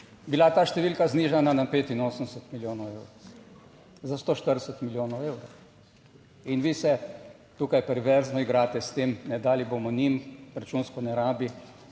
bila ta številka znižana na 85 milijonov evrov - za 140 milijonov evrov. In vi se tukaj perverzno igrate s tem, dali bomo njim, računsko ne rabi,